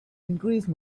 increase